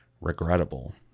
regrettable